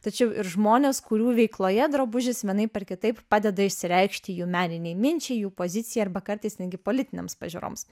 tačiau ir žmonės kurių veikloje drabužis vienaip ar kitaip padeda išsireikšti jų meninei minčiai jų pozicijai arba kartais netgi politinėms pažiūroms